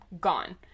Gone